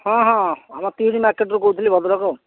ହଁ ହଁ ଆମ ପୀର୍ ମାର୍କେଟରୁ କହୁଥିଲି ଭଦ୍ରକ